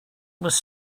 was